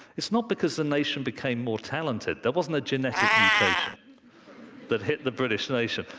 it's not because the nation became more talented there wasn't a genetic mutation that hit the british nation.